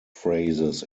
phrases